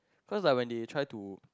cause like when they try to